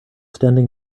standing